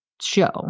show